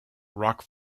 rock